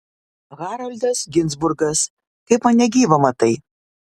haroldas ginzburgas kaip mane gyvą matai